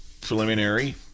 preliminary